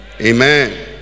Amen